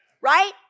Right